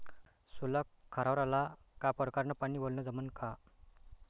सोला खारावर आला का परकारं न पानी वलनं जमन का?